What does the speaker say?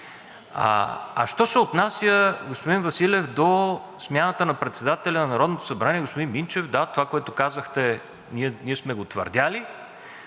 Що се отнася, господин Василев, до смяната на председателя на Народното събрание господин Минчев – да, това, което казахте, ние сме го твърдели.